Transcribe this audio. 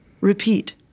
Repeat